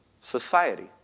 Society